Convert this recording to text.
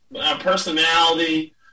personality